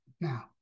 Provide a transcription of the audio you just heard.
now